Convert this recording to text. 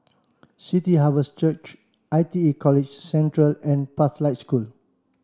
City Harvest Church I T E College Central and Pathlight School